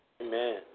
Amen